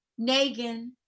Negan